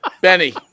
Benny